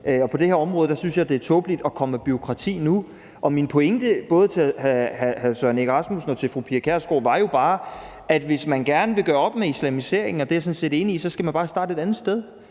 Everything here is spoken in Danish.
på det her område synes jeg det er tåbeligt at komme med bureaukrati nu. Min pointe, både til hr. Søren Egge Rasmussen og til fru Pia Kjærsgaard, var jo bare, at hvis man gerne vil gøre op med islamisering, og det er jeg sådan set enig i, så skal man bare starte et andet sted.